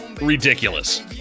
ridiculous